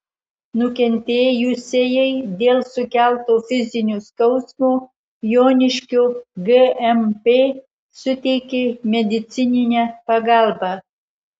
nukentėjusiajai dėl sukelto fizinio skausmo joniškio gmp suteikė medicininę pagalbą